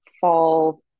fall